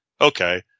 okay